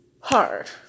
Hard